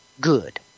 good